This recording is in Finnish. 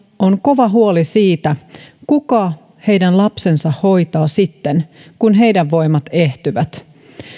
on kova huoli siitä kuka heidän lapsensa hoitaa sitten kun heidän voimansa ehtyvät